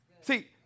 See